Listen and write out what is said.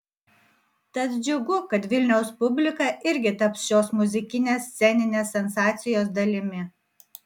tad džiugu kad vilniaus publika irgi taps šios muzikinės sceninės sensacijos dalimi